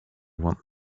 want